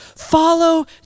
Follow